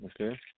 Okay